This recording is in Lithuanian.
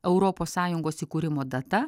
europos sąjungos įkūrimo data